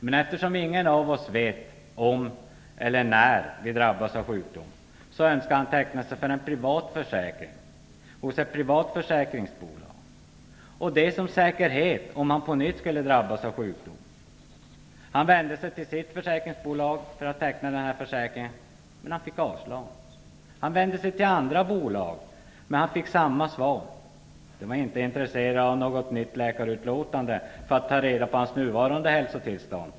Men eftersom ingen av oss vet om eller när vi drabbas av sjukdom önskade han teckna sig för en privat sjukförsäkring hos ett privat försäkringsbolag, och det som säkerhet om han på nytt skulle drabbas av sjukdom. Han vände sig till sitt försäkringsbolag för att teckna en försäkring, men han fick avslag. Han vände sig till andra bolag, men han fick samma svar. De var inte intresserade av något nytt läkarutlåtande för att ta reda på hans nuvarande hälsotillstånd.